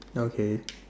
okay